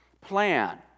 plan